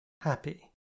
happy